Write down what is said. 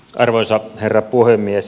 arvoisa herra puhemies